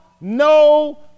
no